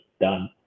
done